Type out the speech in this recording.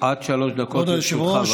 עד שלוש דקות לרשותך.